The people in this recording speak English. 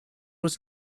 was